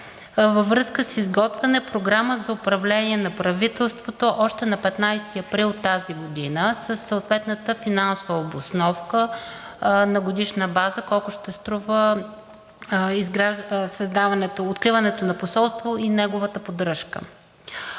във връзка с изготвяне програма за управление на правителството още на 15 април тази година със съответната финансова обосновка на годишна база колко ще струва откриването на посолство и неговата поддръжка.